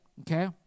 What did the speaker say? Okay